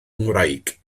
ngwraig